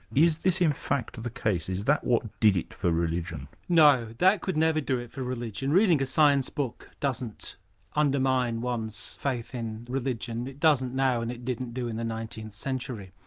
is this in fact the case, is that what did it for religion? no, that could never do it to religion, reading a science book doesn't undermine one's faith in religion, it doesn't now and it didn't do in the nineteenth century.